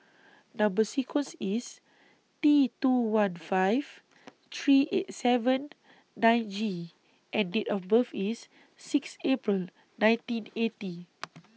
Number sequence IS T two one five three eight seven nine G and Date of birth IS six April nineteen eighty